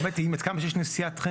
האמת היא אם הסכמנו שיש נשיאת חן,